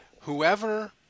whoever